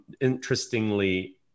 interestingly